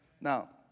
Now